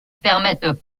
permettent